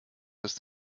ist